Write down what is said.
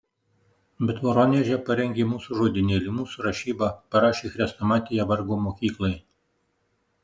bet voroneže parengė mūsų žodynėlį mūsų rašybą parašė chrestomatiją vargo mokyklai